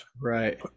right